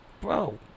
bro